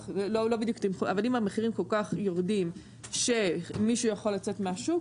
אם המחירים כל כך יורדים שמישהו יכול לצאת מהשוק,